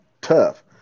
tough